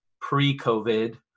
pre-COVID